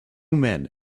men